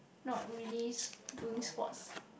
not really s~ doing sports